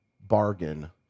bargain